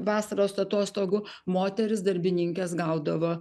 vasaros atostogų moterys darbininkės gaudavo